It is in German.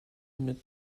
mit